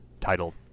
titled